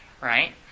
right